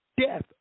death